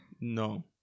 no